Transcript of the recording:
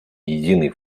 единый